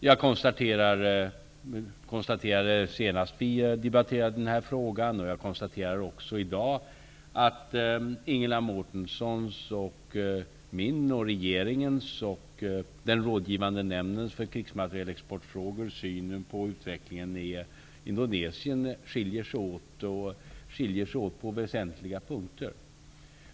Jag konstaterade senast vi debatterade den här frågan liksom jag konstaterar i dag att Ingela Mårtenssons syn på utvecklingen i Indonesien på väsentliga punkter skiljer sig från min, regeringens och den rådgivande nämndens för krigsmaterielfrågor.